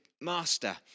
Master